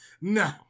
No